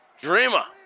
Dreamer